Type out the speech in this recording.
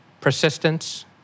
persistence